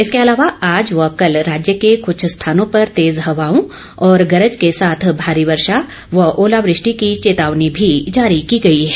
इसके अलावा आज व कल राज्य के कुछ स्थानों पर तेज हवाओं व गरज के साथ भारी वर्षा और ओलावृष्टि की चेतावनी भी जारी की गई है